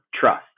trust